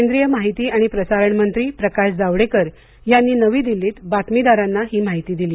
केंद्रीय माहिती आणि प्रसारण मंत्री प्रकाश जावडेकर यांनी नवी दिल्लीत बातमीदारांना ही माहिती दिली